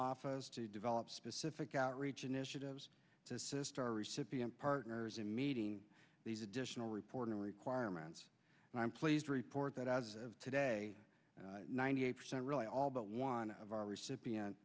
office to develop specific outreach initiatives to assist our recipient partners in meeting these additional reporting requirements and i'm pleased to report that as of today ninety eight percent really all but one of our recipient